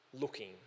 looking